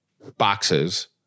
boxes